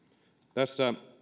tässä